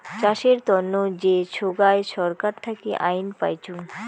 চাষের তন্ন যে সোগায় ছরকার থাকি আইন পাইচুঙ